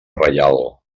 reial